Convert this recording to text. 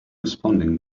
responding